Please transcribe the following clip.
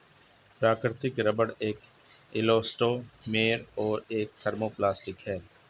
प्राकृतिक रबर एक इलास्टोमेर और एक थर्मोप्लास्टिक है